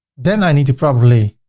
then i need to probably